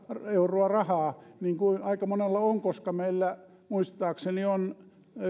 euroa rahaa niin kuin aika monella on koska meillä muistaakseni on noin